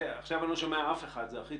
משפחה יהודית לא יכולה לאמץ ילד מוסלמי